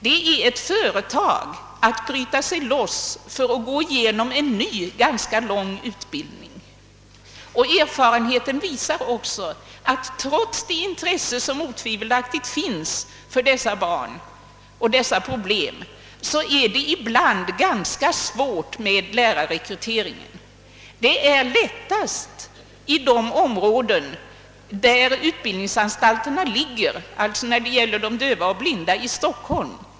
Då är det något av ett företag att bryta sig loss för att genomgå en ny, ganska lång utbildning. Erfarenheten visar också att trots det intresse som otvivelaktigt finns för de handikappade och deras problem är det ibland ganska svårt att rekrytera lärarkandidater. Lättast går det i de områden där utbildningsanstalterna ligger, exempelvis här i Stockholm när det gäller döva och blinda.